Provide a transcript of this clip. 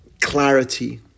clarity